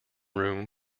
room